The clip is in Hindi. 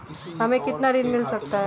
हमें कितना ऋण मिल सकता है?